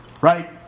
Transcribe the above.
right